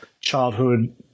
childhood